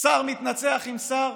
שר מתנצח עם שר,